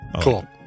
Cool